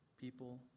people